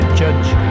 judge